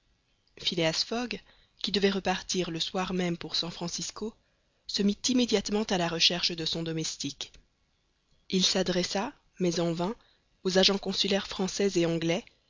phileas fogg qui devait repartir le soir même pour san francisco se mit immédiatement à la recherche de son domestique il s'adressa mais en vain aux agents consulaires français et anglais